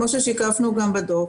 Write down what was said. כמו ששיקפנו גם בדוח,